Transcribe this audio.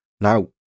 Now